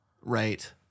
Right